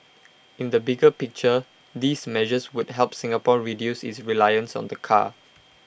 in the bigger picture these measures would help Singapore reduce its reliance on the car